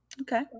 Okay